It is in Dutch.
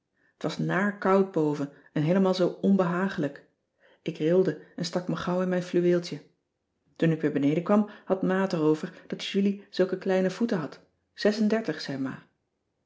t was naar koud boven en heelemaal zoo onbehagelijk ik rilde en stak me gauw in mijn fluweeltje toen ik weer beneden kwam had ma het erover dat julie zulke kleine voeten had zes en dertig zei ma